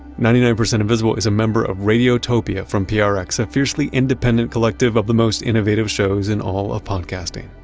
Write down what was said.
ninety nine percent invisible is a member of radiotopia from ah prx, a fiercely independent collective of the most innovative shows in all of podcasting.